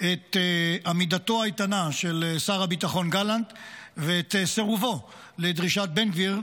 את עמידתו האיתנה של שר הביטחון גלנט ואת סירובו לדרישת בן גביר,